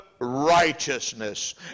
righteousness